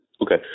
Okay